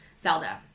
Zelda